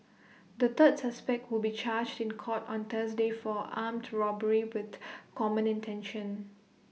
the third suspect will be charged in court on Thursday for armed robbery with common intention